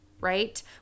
right